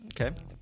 Okay